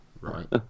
Right